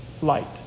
light